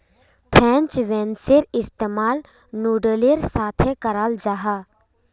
French बेंसेर इस्तेमाल नूडलेर साथे कराल जाहा